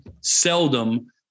seldom